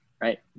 right